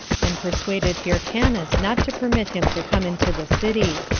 and persuaded hyrcanus not to permit him to come into the city.